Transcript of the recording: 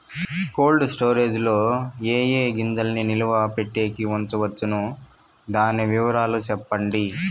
Cold storage లో ఏ ఏ గింజల్ని నిలువ పెట్టేకి ఉంచవచ్చును? దాని వివరాలు సెప్పండి?